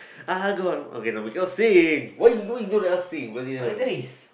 ah go on okay we can't sing why you why don't you let us sing bloody hell